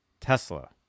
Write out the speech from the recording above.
Tesla